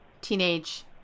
teenage